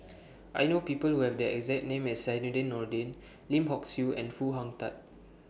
I know People Who Have The exact name as Zainudin Nordin Lim Hock Siew and Foo Hong Tatt